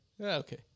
okay